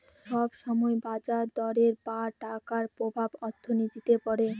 সব সময় বাজার দরের বা টাকার প্রভাব অর্থনীতিতে পড়ে